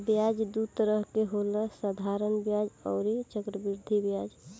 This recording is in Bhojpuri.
ब्याज दू तरह के होला साधारण ब्याज अउरी चक्रवृद्धि ब्याज